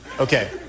okay